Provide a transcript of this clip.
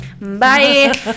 Bye